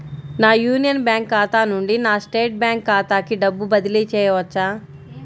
నా union bank ఖాతా నుండి నా స్టేట్ బ్యాంకు ఖాతాకి డబ్బు బదిలి చేయవచ్చా?